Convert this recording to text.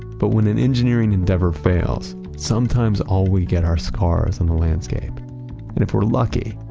but when an engineering endeavor fails, sometimes all we get are scars on the landscape. and if we're lucky,